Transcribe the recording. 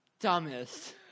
dumbest